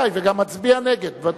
נחמן, אתה מצביע על החוק?